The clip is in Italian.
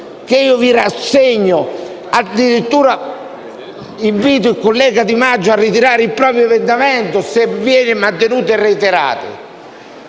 che vi rassegno e addirittura invito il collega Di Maggio a ritirare il proprio emendamento, se viene mantenuto il «reiterate»,